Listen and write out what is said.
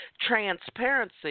transparency